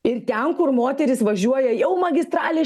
ir ten kur moterys važiuoja jau magistralėj